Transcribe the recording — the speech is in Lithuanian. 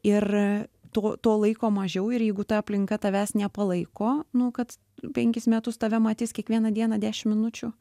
ir to to laiko mažiau ir jeigu ta aplinka tavęs nepalaiko nu kad penkis metus tave matys kiekvieną dieną dešimt minučių